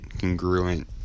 congruent